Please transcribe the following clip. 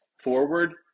forward